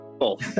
Cool